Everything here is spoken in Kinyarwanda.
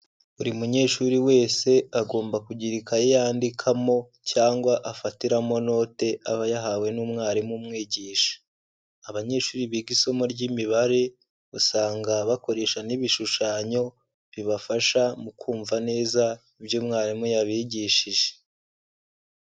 Buri munyeshuri wese agomba kugira ikayi yandikamo cyangwa afatiramo note aba yahawe n'umwarimu umwigisha, abanyeshuri biga isomo ry'imibare usanga bakoresha n'ibishushanyo bibafasha mu kumva neza ibyo mwarimu yabigishije.